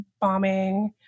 bombing